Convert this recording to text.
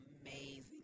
amazing